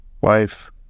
wife